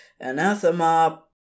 Anathema